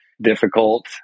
difficult